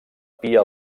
pia